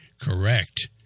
correct